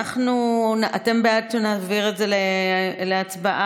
אתם בעד שנעביר את זה להצבעה?